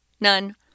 None